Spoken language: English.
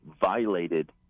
violated